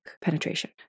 penetration